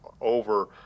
over